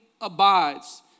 abides